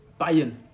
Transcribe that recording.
Bayern